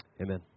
amen